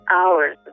hours